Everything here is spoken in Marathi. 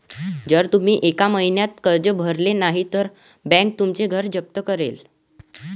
जर तुम्ही एका महिन्यात कर्ज भरले नाही तर बँक तुमचं घर जप्त करेल